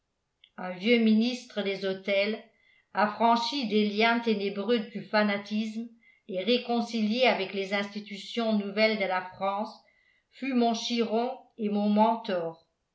un vieux ministre des autels affranchi des liens ténébreux du fanatisme et réconcilié avec les institutions nouvelles de la france fut mon chiron et mon mentor